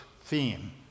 theme